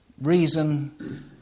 reason